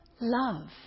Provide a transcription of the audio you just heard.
love